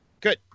Good